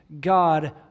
God